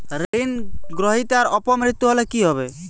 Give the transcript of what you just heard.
ঋণ গ্রহীতার অপ মৃত্যু হলে কি হবে?